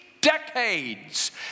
decades